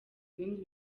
ibindi